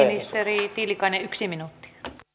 ministeri tiilikainen yksi minuutti